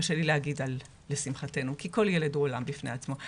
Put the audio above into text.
קשה לי להגיד לשמחתנו כי כל ילד הוא עולם בפני עצמו.